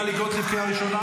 הלקוח שלי אשם --- מה קרה?